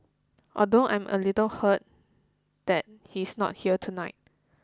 although I am a little hurt that he's not here tonight